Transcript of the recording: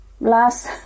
last